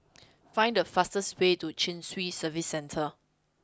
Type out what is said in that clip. find the fastest way to Chin Swee Service Centre